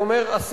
ואומר: עשינו,